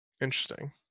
Interesting